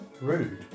Rude